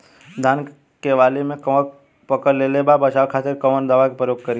धान के वाली में कवक पकड़ लेले बा बचाव खातिर कोवन दावा के प्रयोग करी?